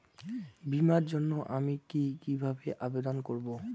বিমার জন্য আমি কি কিভাবে আবেদন করব?